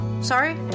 sorry